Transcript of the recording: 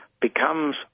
becomes